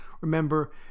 Remember